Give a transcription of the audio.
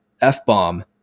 F-bomb